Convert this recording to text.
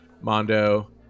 Mondo